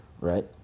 Right